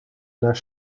naar